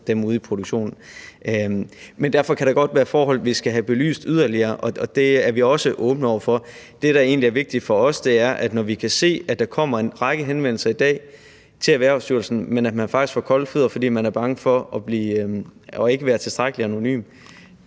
over dem ude i produktionen. Men derfor kan der godt være forhold, vi skal have belyst yderligere, og det er vi også åbne over for. Det, der egentlig er vigtigt for os, er, at når vi kan se, at der i dag kommer en række henvendelser til Erhvervsstyrelsen, men at man faktisk får kolde fødder, fordi man er bange for ikke at være tilstrækkelig anonym,